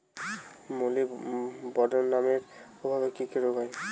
মলিবডোনামের অভাবে কি কি রোগ হয়?